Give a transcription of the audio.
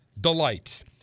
Delight